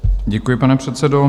Děkuji, pane předsedo.